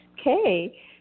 Okay